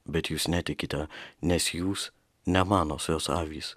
bet jūs netikite nes jūs ne manosios avys